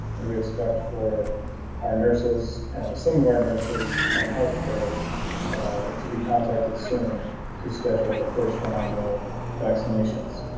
and we expect for our nurses some of our nurses and healthcare is to be contacted soon to schedule their first round of vaccinations,